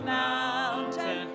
mountain